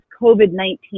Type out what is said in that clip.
COVID-19